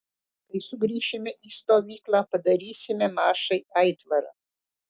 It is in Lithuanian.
kai sugrįšime į stovyklą padarysime mašai aitvarą